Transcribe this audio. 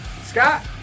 scott